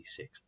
26th